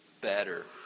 better